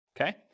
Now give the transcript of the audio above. Okay